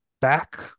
back